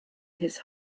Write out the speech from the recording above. his